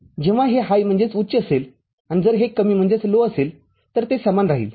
जेव्हा हे हायअसेल आणि जर हे कमी असेल तर ते समान राहील